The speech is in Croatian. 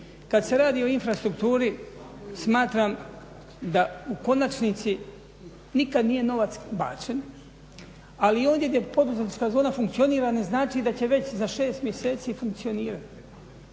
Kada se radi o infrastrukturi smatram da u konačnici nikad nije novac bačen ali ovdje gdje poduzetnička zona funkcionira ne znači da će već za 6 mjeseci funkcionirati.